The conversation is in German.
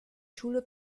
schule